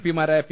P മാരായ P